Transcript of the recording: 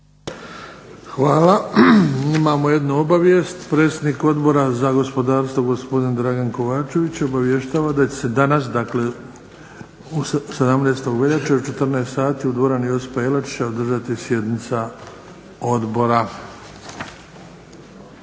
Hvala. Imamo jednu obavijest, predsjednik Odbora za gospodarstvo gospodin Dragan Kovačević obavještava da će se danas, dakle 17. veljače u 14 sati u dvorani Josipa Jelačića održati sjednica odbora.